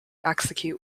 execute